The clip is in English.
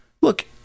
Look